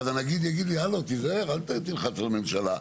ואז הנגיד יגיד לי 'הלו תיזהר אל תלחץ על הממשלה'.